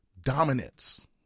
dominance